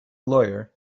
lawyer